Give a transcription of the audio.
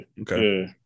Okay